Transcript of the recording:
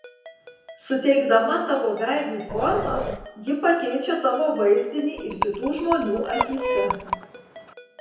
suteikdama tavo veidui formą ji pakeičia tavo vaizdinį ir kitų žmonių akyse